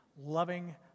loving